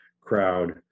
crowd